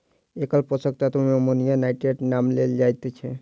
एकल पोषक तत्व मे अमोनियम नाइट्रेटक नाम लेल जाइत छै